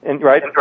Right